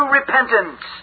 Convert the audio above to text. repentance